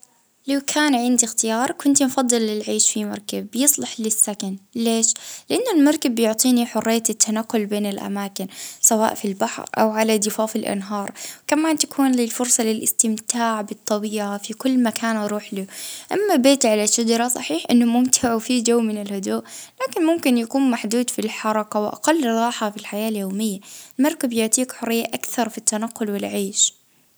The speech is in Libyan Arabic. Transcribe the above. اه نفضل العيش في بيت على شجرة، يكون جريب للطبيعة وفيه سكون، منحبش البحر.